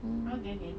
okay okay